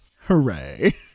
Hooray